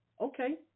Okay